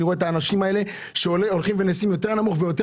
אני רואה את האנשים שמצבם הולך ויורד ויורד,